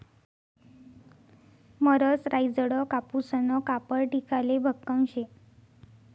मरसराईजडं कापूसनं कापड टिकाले भक्कम शे